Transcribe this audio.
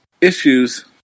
issues